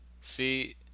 See